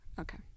Okay